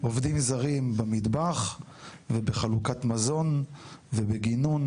עובדים זרים במטבח ובחלוקת מזון ובגינון